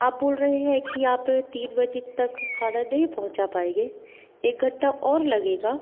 आप बोल रहे हैं कि आप तीन बजे तक खाना नहीं पहुँचा पाएँगे एक घंटा और लगेगा